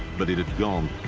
but it had gone.